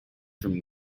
from